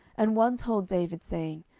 and one told david, saying,